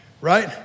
right